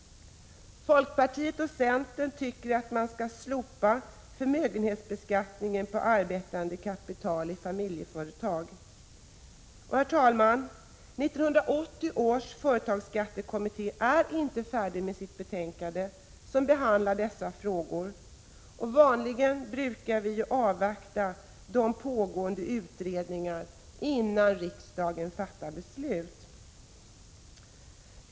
Folkpartiet och centern tycker att man skall slopa förmögenhetsbeskattningen på arbetande kapital i familjeföretag. Herr talman! 1980 års företagsskattekommitté är inte färdig med sitt betänkande som behandlar dessa frågor. Vanligen brukar vi avvakta en pågående utredning innan riksdagen fattar beslut.